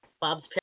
Bob's